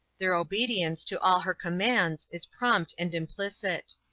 their obedience to all her commands is prompt and implicit.